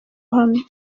uhamye